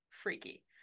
freaky